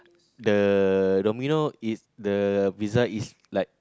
the Domino the pizza is like